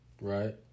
Right